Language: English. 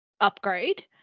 upgrade